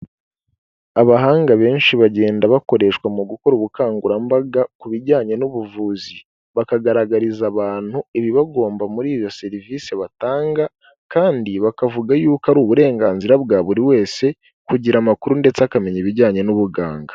Abahanga benshi bagenda bakoreshwa mu gukora ubukangurambaga ku bijyanye n'ubuvuzi, bakagaragariza abantu ibibagomba muri iyo serivise batanga kandi bakavuga yuko ari uburenganzira bwa buri wese kugira amakuru ndetse akamenya ibijyanye n'ubuganga.